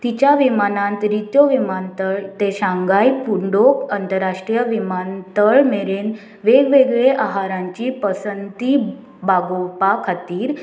तिच्या विमानांत रित्यो विमानतळ ते शांगाय पुंडोक अंतरराष्ट्रीय विमानतळ मेरेन वेगवेगळे आहारांची पसंती भागोवपा खातीर